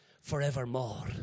forevermore